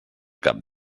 cap